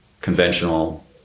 conventional